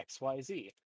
xyz